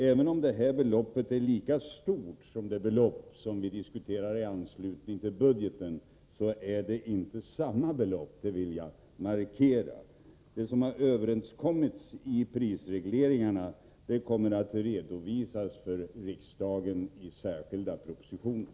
Även om det här beloppet är lika stort som det belopp som vi diskuterar i anslutning till budgeten är det inte samma belopp, det vill jag markera. Det som har överenskommits i prisregleringarna kommer att redovisas för riksdagen i särskilda propositioner.